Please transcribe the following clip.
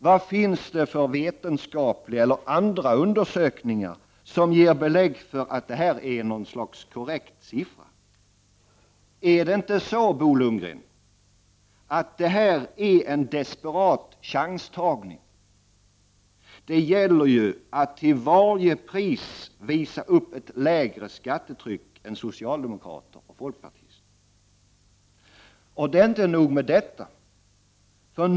Vad finns det för vetenskapliga eller andra undersökningar som ger belägg för att detta är en korrekt siffra? Är det inte så, Bo Lundgren, att detta är en desperat chanstagning? Det gäller ju att till varje pris visa upp ett lägre skattetryck än socialdemokrater och folkpartister. Och inte nog med detta.